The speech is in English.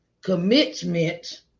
commitment